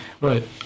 Right